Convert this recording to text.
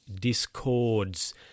discords